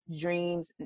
dreams